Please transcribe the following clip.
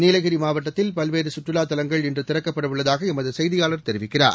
நீலகிரி மாவட்டத்தில் பல்வேறு சுற்றுவாத் தலங்கள் இன்று திறக்கப்படவுள்ளதாக எமது செய்தியாளர் தெரிவிக்கிறார்